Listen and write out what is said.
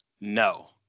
no